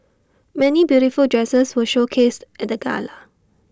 many beautiful dresses were showcased at the gala